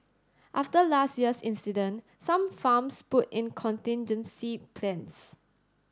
after last year's incident some farms put in contingency plans